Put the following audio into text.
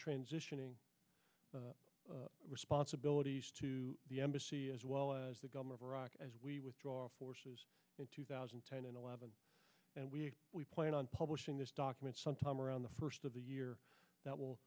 transitioning responsibilities to the embassy as well as the governor of iraq as we withdraw our forces in two thousand and eleven and we plan on publishing this document sometime around the first of the year that will